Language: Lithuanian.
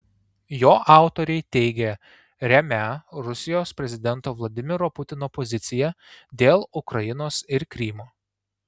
jo autoriai teigia remią rusijos prezidento vladimiro putino poziciją dėl ukrainos ir krymo